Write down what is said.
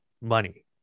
money